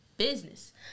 business